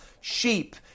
Sheep